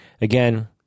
Again